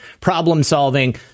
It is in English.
problem-solving